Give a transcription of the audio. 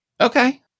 okay